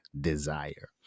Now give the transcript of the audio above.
desire